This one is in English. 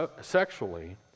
sexually